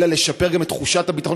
אלא לשפר גם את תחושת הביטחון,